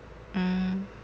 mm